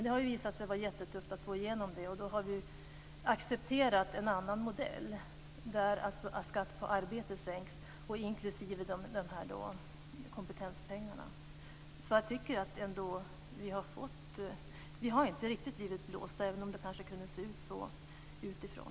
Det har visat sig vara jättetufft att få igenom det, och vi har då accepterat en annan modell, där skatten på arbete sänks, inklusive kompetenspengarna. Jag tycker inte riktigt att vi har blivit blåsta, även om det kunde se ut så utifrån.